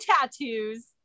tattoos